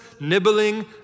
nibbling